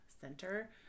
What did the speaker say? Center